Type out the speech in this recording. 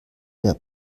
der